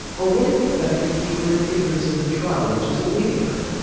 or would it be better to keep her in ignorance of the trial which is awaiting her?